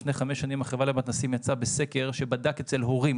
לפני חמש שנים החברה למתנ"סים יצאה בסקר שבדק אצל הורים